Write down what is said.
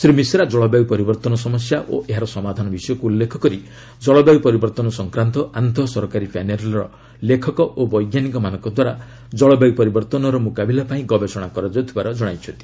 ଶ୍ରୀ ମିଶ୍ରା ଜଳବାୟୁ ପରିବର୍ଭନ ସମସ୍ୟା ଓ ଏହାର ସମାଧାନ ବିଷୟକୁ ଉଲ୍ଲେଖ କରି ଜଳବାୟୁ ପରିବର୍ତ୍ତନ ସଂକ୍ରାନ୍ତ ଆନ୍ତଃ ସରକାରୀ ପ୍ୟାନେଲ୍ର ଲେଖକ ଓ ବୈଜ୍ଞାନିକମାନଙ୍କଦ୍ୱାରା କଳବାୟୁ ପରିବର୍ତ୍ତନର ମୁକାବିଲା ପାଇଁ ଗବେଷଣା କରାଯାଉଥିବାର ଜଣାଇଛନ୍ତି